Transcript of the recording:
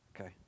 Okay